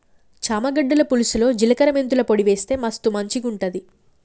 చామ గడ్డల పులుసులో జిలకర మెంతుల పొడి వేస్తె మస్తు మంచిగుంటది